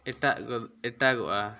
ᱮᱴᱟᱜ ᱜᱚ ᱮᱴᱟᱜᱚᱜᱼᱟ